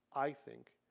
i think,